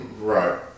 Right